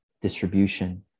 distribution